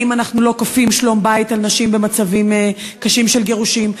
ואם אנחנו לא כופים שלום בית על נשים במצבים קשים של גירושין.